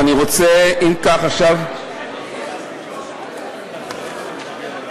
רוצה רק, מאחר שהבאתי,